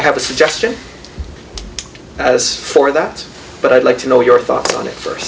have a suggestion for that but i'd like to know your thoughts on it f